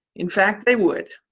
in fact, they would.